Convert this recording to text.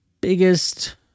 biggest